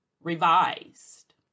revised